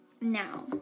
Now